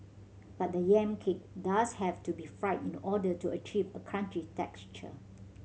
but the yam cake does have to be fried in the order to achieve a crunchy texture